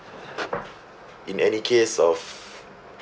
in any case of